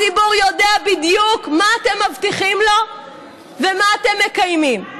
הציבור יודע בדיוק מה אתם מבטיחים לו ומה אתם מקיימים.